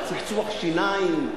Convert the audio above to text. בצחצוח שיניים?